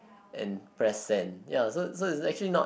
and press send ya so so is actually not